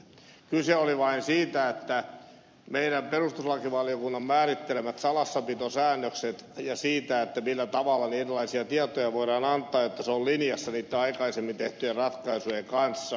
kyse oli meidän perustuslakivaliokunnan määrittelemistä salassapitosäännöksistä ja siitä millä tavalla erilaisia tietoja voidaan antaa jotta se on linjassa niiden aikaisemmin tehtyjen ratkaisujen kanssa